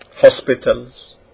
hospitals